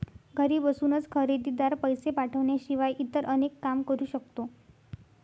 घरी बसूनच खरेदीदार, पैसे पाठवण्याशिवाय इतर अनेक काम करू शकतो